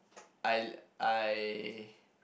I I